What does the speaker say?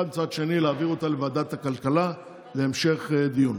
ומצד שני להעביר אותה לוועדת הכלכלה להמשך דיון.